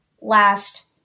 last